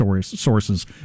sources